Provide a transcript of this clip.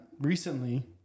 recently